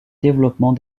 développement